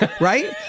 right